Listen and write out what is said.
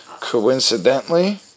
coincidentally